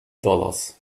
dollars